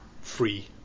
free